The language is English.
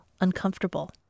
uncomfortable